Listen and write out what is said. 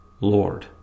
Lord